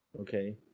Okay